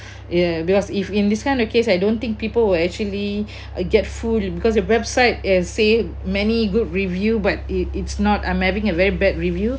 ya because if in this kind of case I don't think people will actually get full because your website has say many good review but it it's not I'm having a very bad review